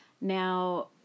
Now